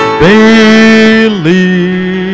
believe